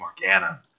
Morgana